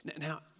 Now